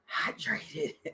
hydrated